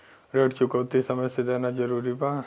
ऋण चुकौती समय से देना जरूरी बा?